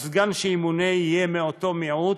הסגן שימונה יהיה מאותו מיעוט,